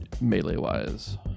melee-wise